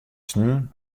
sneon